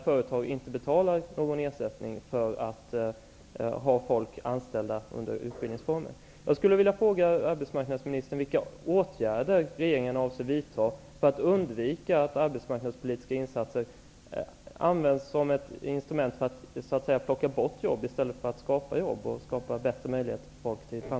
Företag betalar där inte någon ersättning för att ha folk anställda under denna utbildningsform.